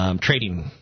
trading